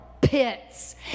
pits